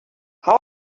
how